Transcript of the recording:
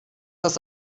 das